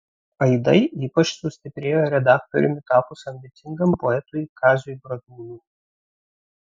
aidai ypač sustiprėjo redaktoriumi tapus ambicingam poetui kaziui bradūnui